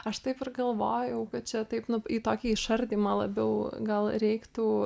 aš taip ir galvojau kad čia taip į tokį išardymą labiau gal reiktų